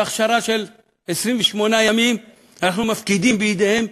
בהכשרה של 28 ימים אנחנו מפקידים בידיהם